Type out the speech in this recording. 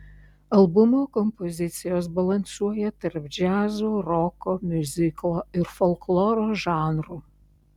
albumo kompozicijos balansuoja tarp džiazo roko miuziklo ir folkloro žanrų